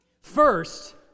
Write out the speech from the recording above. First